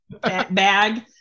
bag